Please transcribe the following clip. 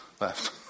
left